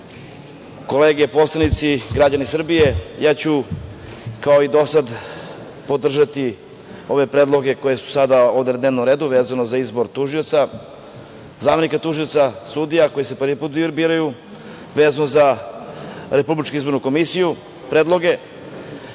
kolege poslanici i građani Srbije, ja ću, kao i do sada, podržati ove predloge koji su sada na dnevnom redu, vezano za izbor tužioca, zamenika tužioca, sudija koji se prvi put biraju, vezano za Republičku izbornu komisiju, predloge. Evo,